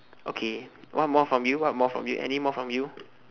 okay what more from you what more from you anymore from you